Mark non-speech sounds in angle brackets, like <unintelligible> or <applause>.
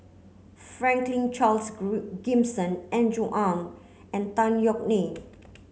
Franklin Charles <unintelligible> Gimson Andrew Ang and Tan Yeok Nee